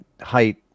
height